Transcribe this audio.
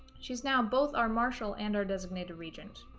she's now both our marshal and our designated regent